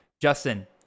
Justin